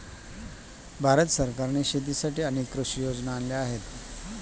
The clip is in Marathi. भारत सरकारने शेतीसाठी अनेक कृषी योजना आणल्या आहेत